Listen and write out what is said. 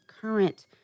current